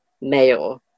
male